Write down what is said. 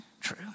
true